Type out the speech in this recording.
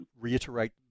reiterate